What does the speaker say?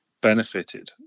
benefited